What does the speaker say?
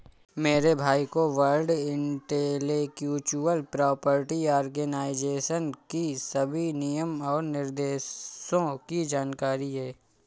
मेरे भाई को वर्ल्ड इंटेलेक्चुअल प्रॉपर्टी आर्गेनाईजेशन की सभी नियम और निर्देशों की जानकारी है